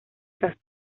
casó